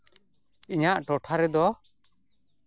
ᱤᱧᱟᱹᱜ ᱴᱚᱴᱷᱟ ᱨᱮᱫᱚ